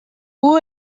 who